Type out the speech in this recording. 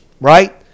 right